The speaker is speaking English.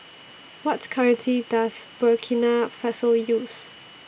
What currency Does Burkina Faso use